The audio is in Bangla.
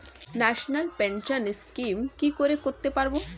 ন্যাশনাল পেনশন স্কিম কি করে করতে পারব?